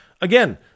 Again